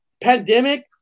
pandemic